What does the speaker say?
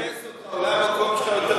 אדוני היושב-ראש,